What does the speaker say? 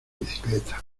bicicleta